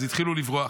התחילו לברוח.